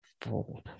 fold